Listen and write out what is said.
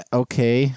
okay